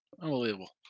Unbelievable